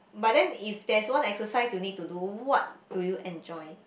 but then if there's one exercise you need to do what do you enjoy